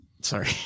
sorry